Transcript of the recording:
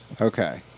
Okay